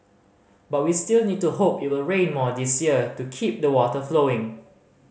but we still need to hope it will rain more this year to keep the water flowing